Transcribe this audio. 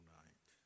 night